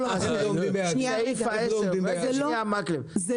לא, מאי-עמידה ביעדים, לא ממה שהם לא לקחו.